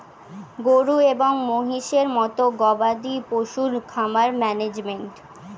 গরু এবং মহিষের মতো গবাদি পশুর খামার ম্যানেজমেন্ট